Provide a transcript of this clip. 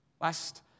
Last